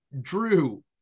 drew